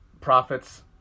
profits